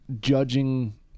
judging